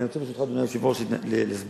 אבל אני רוצה, ברשותך, אדוני היושב-ראש, להסביר,